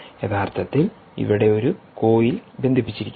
യഥാർത്ഥത്തിൽ ഇവിടെ ഒരു കോയിൽ ബന്ധിപ്പിച്ചിരിക്കുന്നു